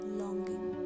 longing